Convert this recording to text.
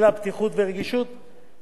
וליועץ המשפטי שלהם אסי מסינג.